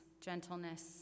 gentleness